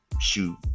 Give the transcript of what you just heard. shoot